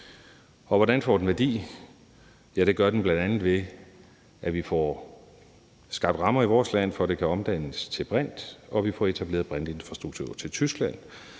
Og hvordan får den værdi? Ja, det gør den bl.a. ved, at vi får skabt rammer i vores land for, at det kan omdannes til brint, og at vi får etableret brintinfrastruktur til Tyskland.